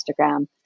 instagram